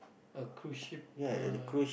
a cruise ship uh